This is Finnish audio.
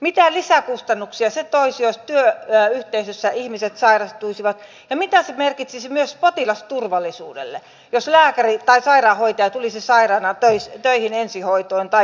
mitä lisäkustannuksia se toisi jos työyhteisössä ihmiset sairastuisivat ja mitä se merkitsisi myös potilasturvallisuudelle jos lääkäri tai sairaanhoitaja tulisi sairaana töihin ensihoitoon tai muualle